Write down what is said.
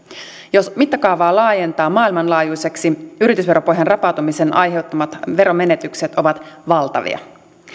jos mittakaavaa laajentaa maailmanlaajuiseksi yritysveropohjan rapautumisen aiheuttamat veromenetykset ovat valtavia